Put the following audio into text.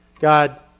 God